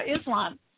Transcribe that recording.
Islam